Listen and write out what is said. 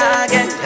again